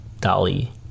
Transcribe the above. dolly